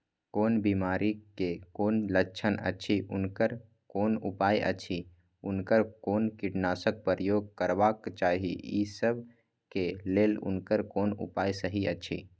कोन बिमारी के कोन लक्षण अछि उनकर कोन उपाय अछि उनकर कोन कीटनाशक प्रयोग करबाक चाही ई सब के लेल उनकर कोन उपाय सहि अछि?